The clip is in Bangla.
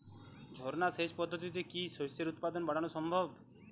ঝর্না সেচ পদ্ধতিতে কি শস্যের উৎপাদন বাড়ানো সম্ভব?